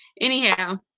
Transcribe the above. Anyhow